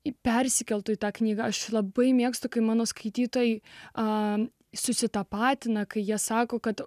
į persikeltų į tą knygą aš labai mėgstu kai mano skaitytojai a susitapatina kai jie sako kad